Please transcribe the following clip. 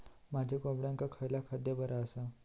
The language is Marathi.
माझ्या कोंबड्यांका खयला खाद्य बरा आसा?